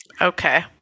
Okay